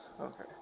Okay